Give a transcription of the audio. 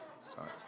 Sorry